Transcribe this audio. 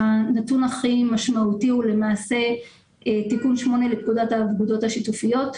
הנתון הכי משמעותי הוא למעשה תיקון 8 לפקודת האגודות השיתופיות,